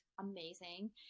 amazing